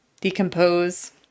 decompose